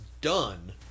done